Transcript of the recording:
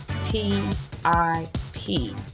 t-i-p